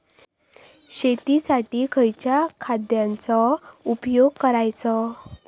शेळीसाठी खयच्या खाद्यांचो उपयोग करायचो?